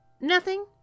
Nothing